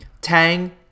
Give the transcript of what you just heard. Tang